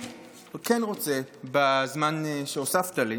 בזמן שהוספת לי